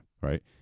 right